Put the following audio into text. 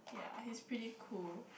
ya he's pretty cool